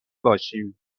باشیم